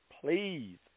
please